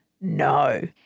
No